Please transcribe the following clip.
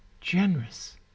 generous